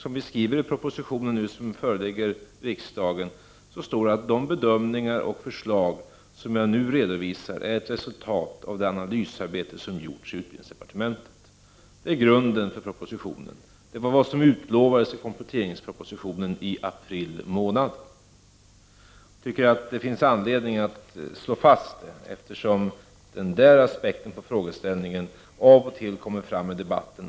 I den proposition som vi nu förelägger riksdagen står bl.a.: ”De bedömningar och förslag som jag nu redovisar är ett resultat av det analysarbete som gjorts i utbildningsdepartementet.” Det är grunden för propositionen, och det är vad som utlovades i kompletteringspropositionen i april månad. Jag tycker det finns anledning att slå fast detta, eftersom den där aspekten på frågeställningen av och till förs fram i debatten.